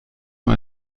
nur